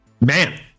Man